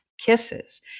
kisses